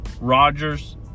Rodgers –